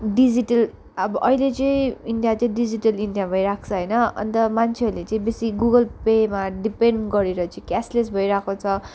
digital अब अहिले चाहिँ इन्डिया चाहिँ डिजिटल इन्डिया भइरहेको छ होइन अन्त मान्छेहरूले चाहिँ बेसी गुगल पेमा डिपेन्ड गरेर चाहिँ क्यासलेस भइरहेको छ